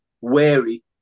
wary